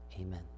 amen